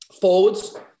forwards